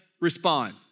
respond